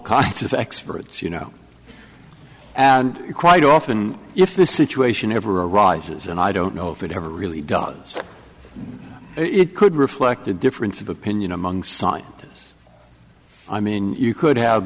kinds of experts you know and quite often if the situation ever arises and i don't know if it ever really does it could reflect a difference of opinion among scientists i mean you could have